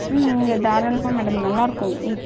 ம் நீங்கள் தாராளமாக மேடம் நல்லாயிருக்கும் ம்